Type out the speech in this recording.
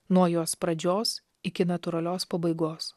nuo jos pradžios iki natūralios pabaigos